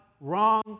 wrong